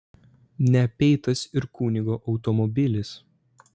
neapeitas ir kunigo automobilis